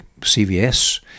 CVS